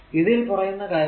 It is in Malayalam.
ഇതിൽ പറയുന്ന കാര്യം